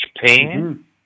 Japan